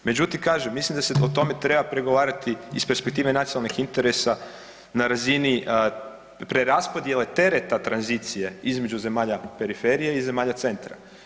Međutim kažem mislim da se o tome treba pregovarati iz perspektive nacionalnih interesa na razini preraspodjele tereta tranzicije između zemalja periferije i zemalja centra.